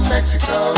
Mexico